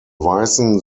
weißen